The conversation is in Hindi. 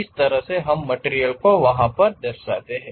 इस तरह से हम मटिरियल को व्हा पर दर्शाते हैं